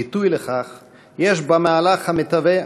ביטוי לכך יש במהלך המתהווה